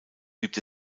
gibt